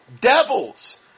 devils